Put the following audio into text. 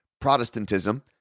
Protestantism